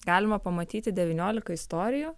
galima pamatyti devyniolika istorijų